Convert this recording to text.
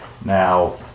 Now